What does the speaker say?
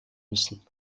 müssen